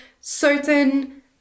certain